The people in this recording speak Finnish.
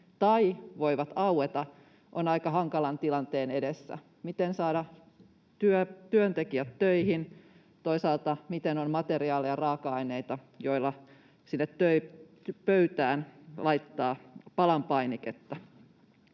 tai voivat aueta, on aika hankalan tilanteen edessä. Miten saada työntekijät töihin, toisaalta miten on materiaalia ja raaka-aineita, joilla sinne pöytään laittaa palanpainiketta?